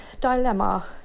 dilemma